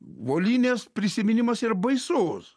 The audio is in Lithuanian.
volynės prisiminimas yra baisus